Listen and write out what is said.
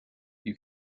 you